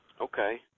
Okay